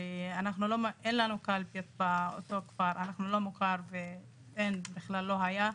אין לנו קלפי באותו כפר ובכלל לא היה,